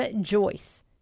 Joyce